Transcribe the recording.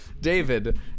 david